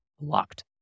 locked